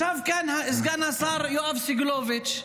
ישב כאן סגן השר יואב סגלוביץ',